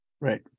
right